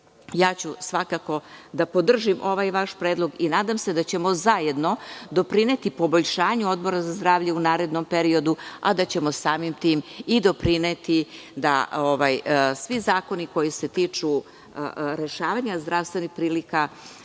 vi. Ja ću svakako da podržim ovaj vaš predlog i nadam se da ćemo zajedno doprineti poboljšanju Odbora za zdravlje u narednom periodu, a da ćemo samim tim i doprineti da svi zakoni koji se tiču rešavanja zdravstvenih prilika